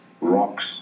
rocks